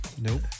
Nope